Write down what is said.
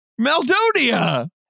Maldonia